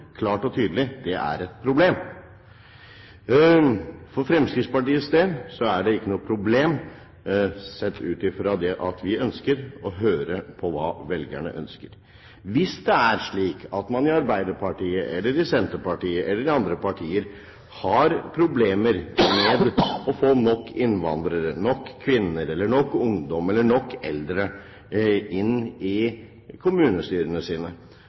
er et problem. For Fremskrittspartiets del er det ikke noe problem sett ut fra at vi vil høre på hva velgerne ønsker. Hvis det er slik at man – i Arbeiderpartiet eller i Senterpartiet eller i andre partier – har problemer med å få nok innvandrere, nok kvinner, nok ungdom eller nok eldre, inn i kommunestyrene sine,